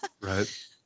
Right